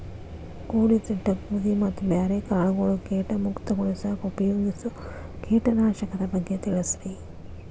ಕೂಡಿಸಿಟ್ಟ ಗೋಧಿ ಮತ್ತ ಬ್ಯಾರೆ ಕಾಳಗೊಳ್ ಕೇಟ ಮುಕ್ತಗೋಳಿಸಾಕ್ ಉಪಯೋಗಿಸೋ ಕೇಟನಾಶಕದ ಬಗ್ಗೆ ತಿಳಸ್ರಿ